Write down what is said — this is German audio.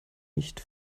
nicht